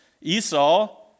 Esau